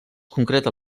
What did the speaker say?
concreta